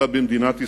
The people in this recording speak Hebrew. אלא במדינת ישראל,